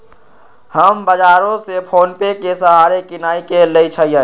हम बजारो से फोनेपे के सहारे किनाई क लेईछियइ